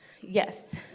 yes